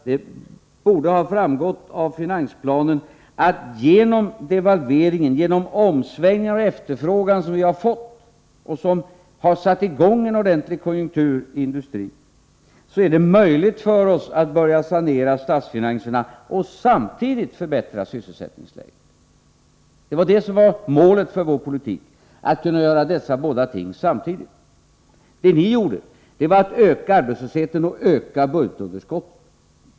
Det borde ha framgått av finansplanen att genom devalveringen och de omsvängningar i efterfrågan som vi har fått och som skapat en gynnsam konjunktur i industrin är det möjligt för oss att börja sanera statsfinanserna och samtidigt förbättra sysselsättningsläget. Det var också detta som var målet för vår politik att kunna göra dessa båda ting samtidigt. Det ni gjorde var att öka arbetslösheten och öka budgetunderskott.